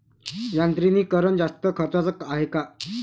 यांत्रिकीकरण जास्त खर्चाचं हाये का?